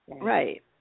Right